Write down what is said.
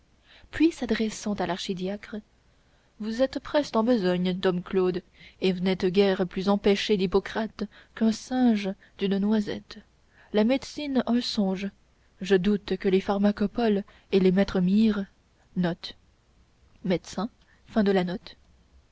puis s'adressant à l'archidiacre vous êtes preste en besogne dom claude et vous n'êtes guère plus empêché d'hippocrate qu'un singe d'une noisette la médecine un songe je doute que les pharmacopoles et les maîtres mires